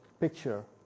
picture